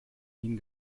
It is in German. ihnen